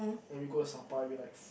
and we go to Sabah and be like